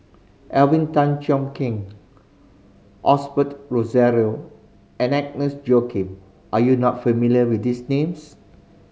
Alvin Tan Cheong Kheng Osbert Rozario and Agnes Joaquim are you not familiar with these names